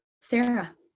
sarah